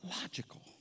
logical